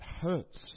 hurts